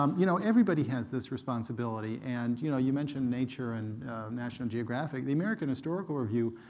um you know, everybody has this responsibility, and you know you mentioned nature and national geographic, the american historical review,